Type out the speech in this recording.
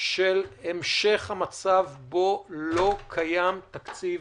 של המשך המצב בו לא קיים תקציב